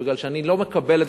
כאות מחאה, לא מגיע.